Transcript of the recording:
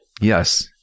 yes